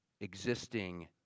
existing